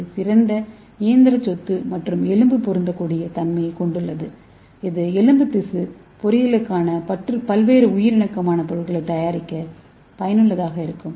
இது சிறந்த இயந்திர சொத்து மற்றும் எலும்பு பொருந்தக்கூடிய தன்மையைக் கொண்டுள்ளது இது எலும்பு திசு பொறியியலுக்கான பல்வேறு உயிர் இணக்கமான பொருட்களை தயாரிக்க பயனுள்ளதாக இருக்கும்